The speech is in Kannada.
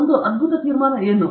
ಒಂದು ಅದ್ಭುತ ತೀರ್ಮಾನ ಏನು